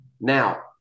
now